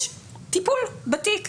יש טיפול בתיק,